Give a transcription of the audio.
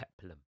peplum